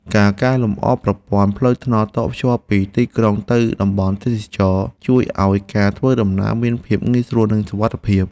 ការកែលម្អប្រព័ន្ធផ្លូវថ្នល់តភ្ជាប់ពីទីក្រុងទៅតំបន់ទេសចរណ៍ ជួយឱ្យការធ្វើដំណើរមានភាពងាយស្រួលនិងសុវត្ថិភាព។